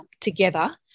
together